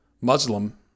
Muslim